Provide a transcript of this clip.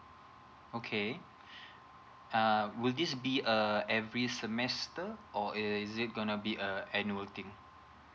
okay uh will this be a every semester or uh is it going to be a annual thing